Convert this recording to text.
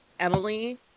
emily